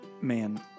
man